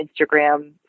Instagram